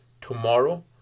Tomorrow